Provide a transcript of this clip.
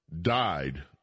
died